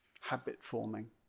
habit-forming